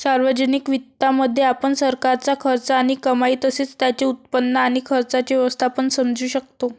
सार्वजनिक वित्तामध्ये, आपण सरकारचा खर्च आणि कमाई तसेच त्याचे उत्पन्न आणि खर्चाचे व्यवस्थापन समजू शकतो